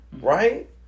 Right